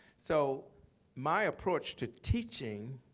so my approach to teaching